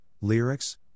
Lyrics